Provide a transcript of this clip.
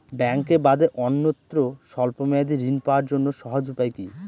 ব্যাঙ্কে বাদে অন্যত্র স্বল্প মেয়াদি ঋণ পাওয়ার জন্য সহজ উপায় কি?